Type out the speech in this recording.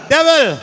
Devil